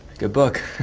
good book.